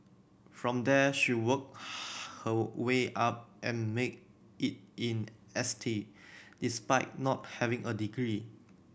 from there she worked her way up and made it in S T despite not having a degree